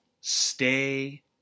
Stay